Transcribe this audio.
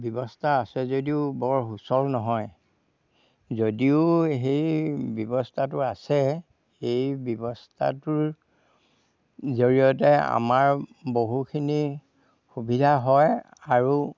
ব্যৱস্থা আছে যদিও বৰ সুচল নহয় যদিও সেই ব্যৱস্থাটো আছে সেই ব্যৱস্থাটোৰ জৰিয়তে আমাৰ বহুখিনি সুবিধা হয় আৰু